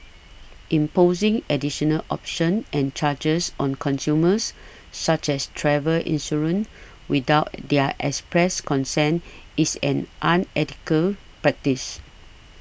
imposing additional options and charges on consumers such as travel insurance without their express consent is an unethical practice